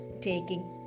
taking